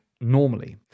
normally